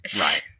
Right